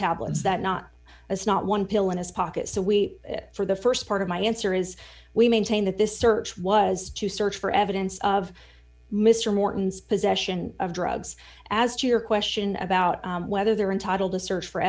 tablets that not as not one pill in his pocket so we for the st part of my answer is we maintain that this search was to search for evidence of mr morton's possession of drugs as to your question about whether they're entitled to search for